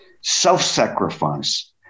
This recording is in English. self-sacrifice